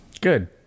Good